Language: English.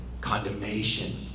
condemnation